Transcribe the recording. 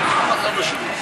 חוק ומשפט